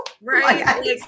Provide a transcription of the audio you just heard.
Right